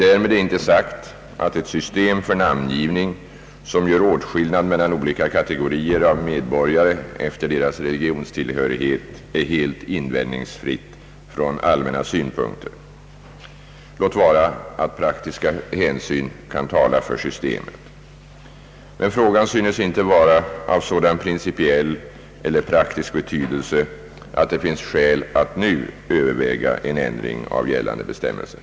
Därmed är dock inte sagt att ett system för namngivning som gör åtskillnad mellan olika kategorier av medborgare efter deras religionstillhörighet är helt invändningsfritt från allmänna synpunkter, låt vara att praktiska hänsyn kan tala för systemet. Frågan synes emellertid inte vara av sådan principiell eller praktisk betydelse att det finns skäl att nu överväga en ändring av gällande bestämmelser.